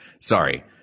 Sorry